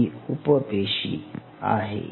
ही उप पेशी आहे